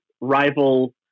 rival